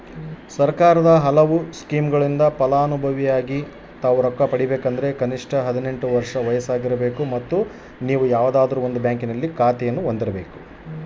ಸರ್ಕಾರದ ಹಲವಾರು ಸ್ಕೇಮುಗಳಿಂದ ಫಲಾನುಭವಿಯಾಗಿ ರೊಕ್ಕ ಪಡಕೊಬೇಕಂದರೆ ಎಷ್ಟು ವಯಸ್ಸಿರಬೇಕ್ರಿ?